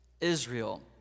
Israel